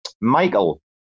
michael